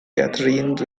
katharine